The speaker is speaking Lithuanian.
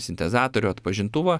sintezatorių atpažintuvą